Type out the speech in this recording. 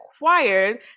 required